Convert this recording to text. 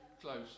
close